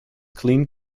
clean